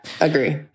agree